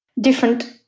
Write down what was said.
different